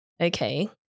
okay